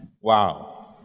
Wow